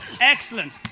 Excellent